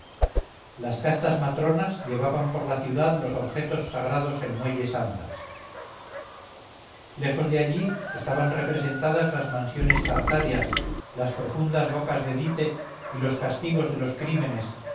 las castas matronas llevaban por la ciudad los objetos sagrados en muelles andas lejos de allí estaban representadas las mansiones tartáreas las profundas bocas de dite y los castigos de los crímenes